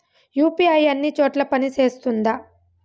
UPI అన్ని చోట్ల పని సేస్తుందా?